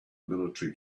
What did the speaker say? military